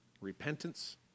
Repentance